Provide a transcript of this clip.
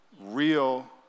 real